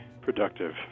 productive